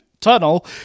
tunnel